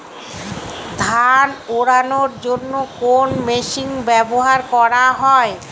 ধান উড়ানোর জন্য কোন মেশিন ব্যবহার করা হয়?